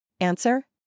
Answer